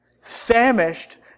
famished